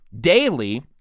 daily